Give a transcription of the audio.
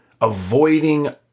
avoiding